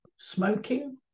smoking